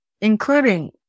including